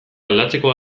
aldatzeko